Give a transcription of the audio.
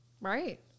Right